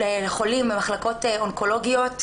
מחולים במחלקות אונקולוגיות,